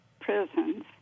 prisons